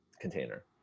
container